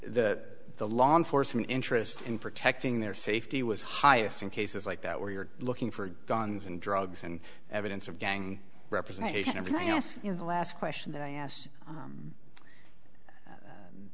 that the law enforcement interest in protecting their safety was highest in cases like that where you're looking for guns and drugs and evidence of gang representation of my house in the last question that i asked